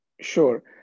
Sure